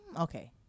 Okay